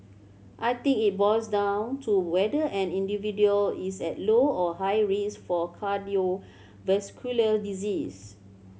I think it boils down to whether an individual is at low or high risk for cardiovascular disease